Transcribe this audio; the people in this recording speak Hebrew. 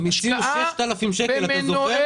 זאת השקעה -- הם הציעו 3,000 שקל, אתה זוכר?